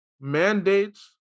Mandates